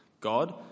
God